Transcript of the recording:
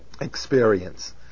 experience